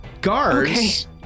guards